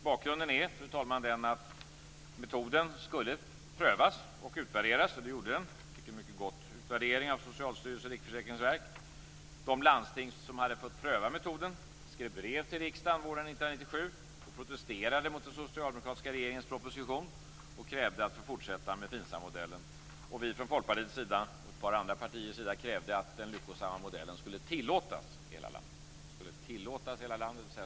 Bakgrunden är, fru talman, att metoden skulle prövas och utvärderas. Det skedde också. Den fick en mycket god utvärdering av Socialstyrelsen och Riksförsäkringsverket. De landsting som hade fått pröva metoden skrev brev till riksdagen våren 1997 och protesterade mot den socialdemokratiska regeringens proposition. De krävde att få fortsätta med FINSAM modellen. Vi från Folkpartiets sida krävde, tillsammans med ett par andra partier, att den lyckosamma modellen skulle tillåtas i hela landet.